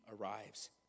arrives